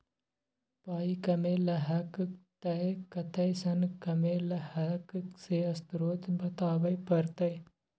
पाइ कमेलहक तए कतय सँ कमेलहक से स्रोत बताबै परतह